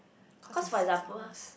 cause for example